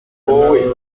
n’aba